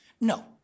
No